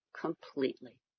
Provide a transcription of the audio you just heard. completely